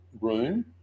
room